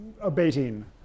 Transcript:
abating